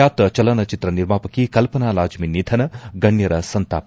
ಬ್ಯಾತ ಚಲನಚಿತ್ರ ನಿರ್ಮಾಪಕಿ ಕಲ್ಲನಾ ಲಾಜ್ನ ನಿಧನ ಗಣ್ಣರ ಸಂತಾಪ